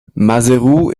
maseru